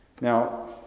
Now